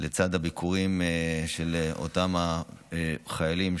לצד הביקורים אצל אותם חיילים,